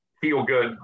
feel-good